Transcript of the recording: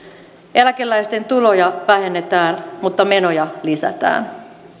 eläkeläisten tuloja vähennetään mutta menoja lisätään